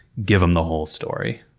give them the whole story.